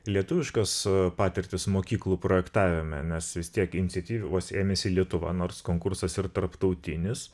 lietuviškas patirtis mokyklų projektavime nes vis tiek iniciatyvos ėmėsi lietuva nors konkursas ir tarptautinis